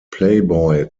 playboy